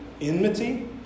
enmity